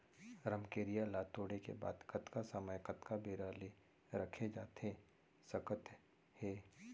रमकेरिया ला तोड़े के बाद कतका समय कतका बेरा ले रखे जाथे सकत हे?